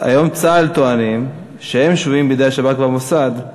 היום צה"ל טוען שהם שבויים בידי השב"כ והמוסד.